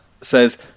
says